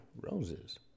roses